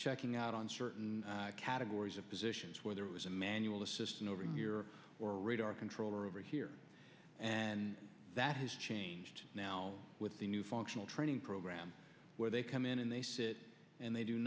checking out on certain categories of positions where there was a manual assistant over your or radar controller over here and that has changed now with the new functional training program where they come in and they sit and they do